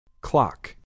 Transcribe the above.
Clock